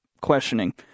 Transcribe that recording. questioning